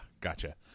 gotcha